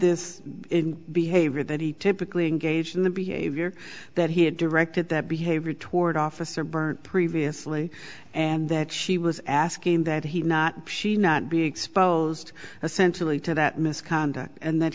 this behavior that he typically engaged in the behavior that he had directed that behavior toward officer bernd previously and that she was asking that he not she not be exposed essentially to that misconduct and th